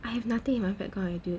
I have nothing in my background eh dude